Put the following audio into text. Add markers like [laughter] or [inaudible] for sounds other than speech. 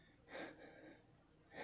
[breath]